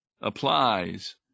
applies